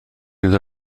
iddo